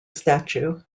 statue